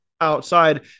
outside